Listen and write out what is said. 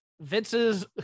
vince's